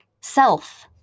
self